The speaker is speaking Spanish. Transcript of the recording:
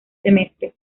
semestre